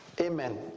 amen